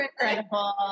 incredible